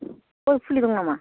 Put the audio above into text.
गय फुलि दं नामा